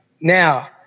Now